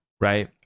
Right